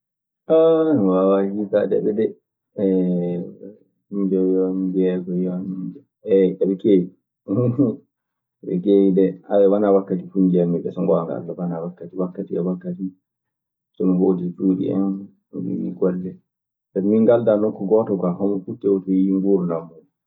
mi waawaa hiisadeɓe dee. Njoyon, njeegoyon; eɓe keewi, eɓe keewi dee. wanaa wakkati fuu njiyammi ɓe so ngoonga Alla. Wanaa wakkati, wakkati e wakkati. So mi hootii cuuɗi en, mi ƴiwii golle, sabi min ngaldaa nokku gooto kwa. Homo, fuu tewtoyii nguurndam mun.